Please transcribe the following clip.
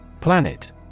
Planet